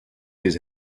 his